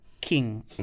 king